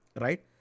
right